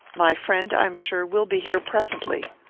my friend, i'm sure, will be here presently.